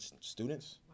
students